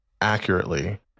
accurately